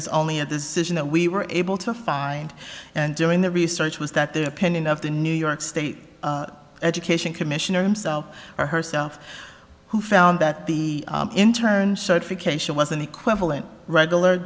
is only a decision that we were able to find during the research was that their opinion of the new york state education commissioner himself or herself who found that the intern certification was an equivalent regular